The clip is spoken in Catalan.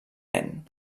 nen